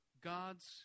God's